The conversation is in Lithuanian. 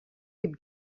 kaip